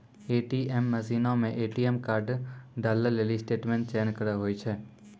ATM मशीनो मे ATM card डालै लेली स्टेटमेंट चयन करे होय छै